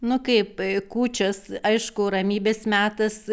nu kaip kūčios aišku ramybės metas